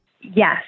Yes